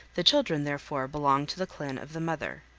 the children therefore belong to the clan of the mother.